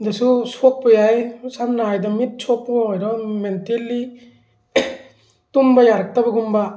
ꯗꯁꯨ ꯁꯣꯛꯄ ꯌꯥꯏ ꯁꯝꯅ ꯍꯥꯏꯗ ꯃꯤꯠ ꯁꯣꯛꯄ ꯑꯣꯏꯔꯣ ꯃꯦꯟꯇꯦꯜꯂꯤ ꯇꯨꯝꯕ ꯌꯥꯔꯛꯇꯕꯒꯨꯝꯕ